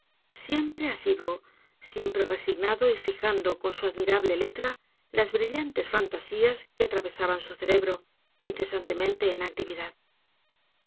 siempre asiduo siempre resignado y fijando con su admirable letra las brillantes fantasías que atravesaban su cerebro incesantemente en actividad